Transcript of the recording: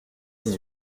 dix